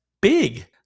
big